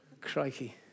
Crikey